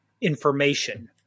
information